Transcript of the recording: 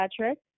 Patrick